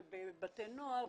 בתי נוער וכולי.